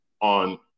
on